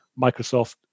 Microsoft